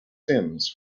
sims